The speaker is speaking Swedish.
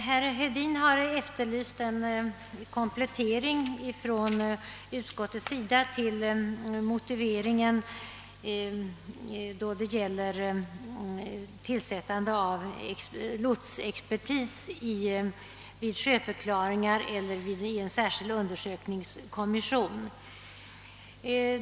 Herr talman! Herr Hedin efterlyste en komplettering från utskottets sida av motiveringen beträffande tillsättande av lotsexpertis vid sjöförklaringar eller i en särskild undersökningskommission.